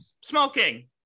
Smoking